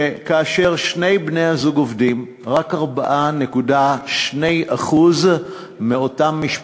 שכאשר שני בני-הזוג עובדים רק 4.2% מהמשפחות